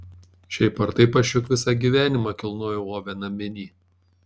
šiaip ar taip aš juk visą gyvenimą kilnojau oveną minį